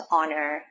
Honor